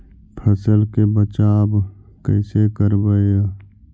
फसल के बचाब कैसे करबय?